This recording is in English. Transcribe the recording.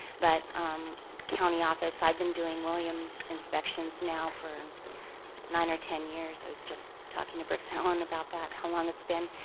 but county office i've been doing williams inspections now for nine or ten years. i was just talking to brooks allen about that, how long it's been,